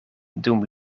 dum